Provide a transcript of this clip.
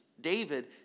David